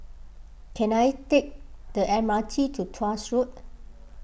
can I take the M R T to Tuas Road